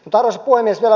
arvoisa puhemies